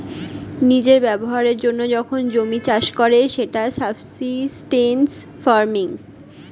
নিজের ব্যবহারের জন্য যখন জমি চাষ করে সেটা সাবসিস্টেন্স ফার্মিং